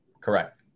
Correct